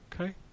okay